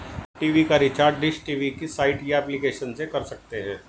TV का recharge dish TV की site या एप्लीकेशन से कर सकते है